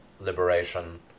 liberation